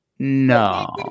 No